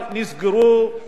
לא נפתחו,